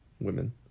Women